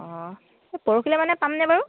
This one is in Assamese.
অঁ এই পৰহিলে মানে পামনে বাৰু